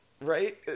Right